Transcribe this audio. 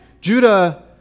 Judah